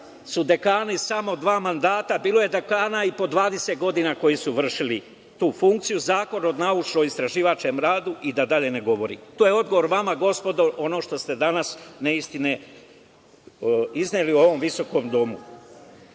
su dekani samo dva mandata, bilo je dekana i po 20 godina koji su vršili tu funkciju, Zakon o naučno-istraživačkom radu i da dalje ne govorim. To je odgovor vama gospodo za ono što ste danas izneli, neistine koje ste izneli u ovom visokom domu. Dosta